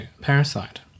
Parasite